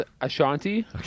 Ashanti